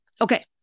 Okay